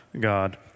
God